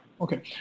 Okay